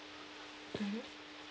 mmhmm